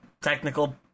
technical